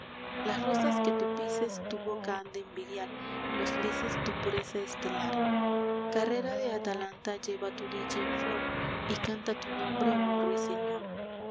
las rosas que tu pises tu boca han de envidiar los lises tu pureza estelar carrera de atalanta lleva tu dicha en flor y canta tu nombre un ruiseñor